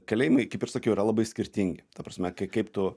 kalėjimai kaip ir sakiau yra labai skirtingi ta prasme kai kaip tu